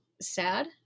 sad